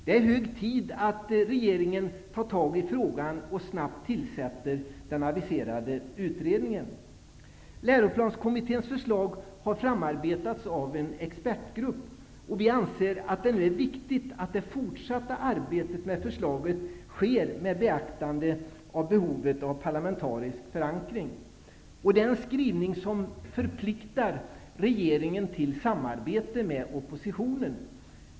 Det är nu hög tid att regeringen tar itu med frågan och snabbt tillsätter den aviserade utredningen. Läroplanskommitténs förslag har framarbetats av en expertgrupp. Vi anser att det är viktigt att det fortsatta arbetet med förslaget sker med beaktande av behovet av parlamentarisk förankring. Det är en skrivning som förpliktar regeringen till samarbete med oppositionen.